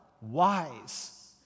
wise